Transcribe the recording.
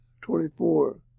Twenty-four